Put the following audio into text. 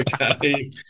Okay